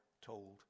told